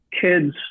kids